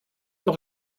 eure